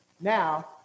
Now